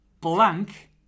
Blank